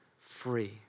free